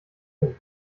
hin